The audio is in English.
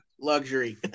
luxury